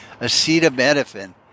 acetaminophen